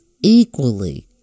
equally